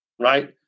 right